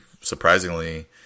surprisingly